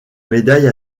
médaille